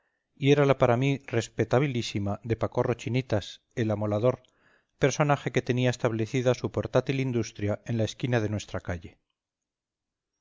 y era la para mí respetabilísima de pacorro chinitas el amolador personaje que tenía establecida su portátil industria en la esquina de nuestra calle